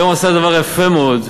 היום הוא עשה דבר יפה מאוד: